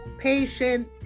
patient